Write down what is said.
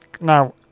Now